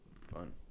fun